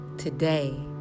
Today